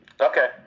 Okay